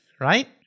right